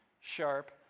sharp